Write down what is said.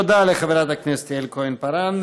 תודה לחברת הכנסת יעל כהן-פארן.